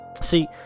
See